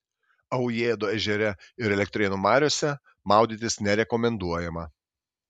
aujėdo ežere ir elektrėnų mariose maudytis nerekomenduojama